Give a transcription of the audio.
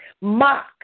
Mock